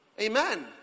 Amen